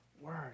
word